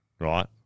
right